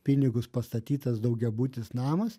pinigus pastatytas daugiabutis namas